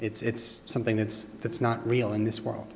y it's something that's that's not real in this world